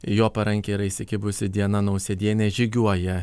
į jo parankę yra įsikibusi diana nausėdienė žygiuoja